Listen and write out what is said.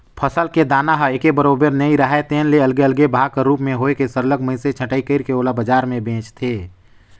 फसल के दाना ह एके बरोबर नइ राहय तेन ले अलगे अलगे भाग कर रूप में होए के सरलग मइनसे छंटई कइर के ओला बजार में बेंचथें